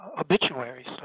obituaries